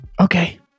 Okay